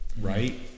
right